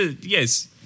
Yes